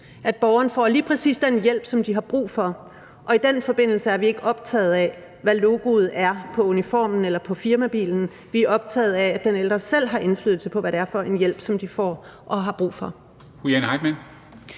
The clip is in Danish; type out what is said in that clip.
at borgerne får lige præcis den til hjælp, som de har brug for, og i den forbindelse er vi ikke optaget af, hvad logoet er på uniformen eller på firmabilen. Vi er optaget af, at de ældre selv har indflydelse på, hvad det er for en hjælp, de får og har brug for.